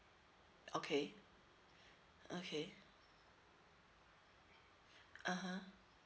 okay okay (uh huh)